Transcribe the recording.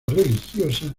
religiosa